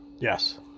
Yes